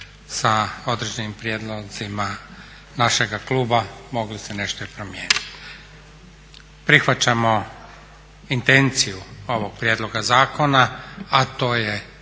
sa određenim prijedlozima našega kluba moglo se nešto i promijeniti. Prihvaćamo intenciju ovog prijedloga zakona, a to je